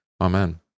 Amen